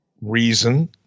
reason